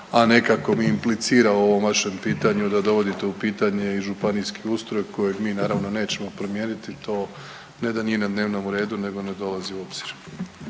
a nekako mi implicira u ovom vašem pitanju da dovodite u pitanje i županijski ustroj kojeg mi naravno nećemo promijeniti. To ne da nije na dnevnom redu, nego ne dolazi u obzir.